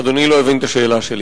אדוני לא הבין את השאלה שלי.